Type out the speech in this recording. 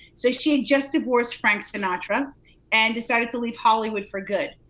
so she had just divorced frank sinatra and decided to leave hollywood for good.